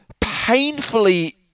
painfully